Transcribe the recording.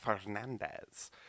Fernandez